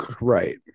right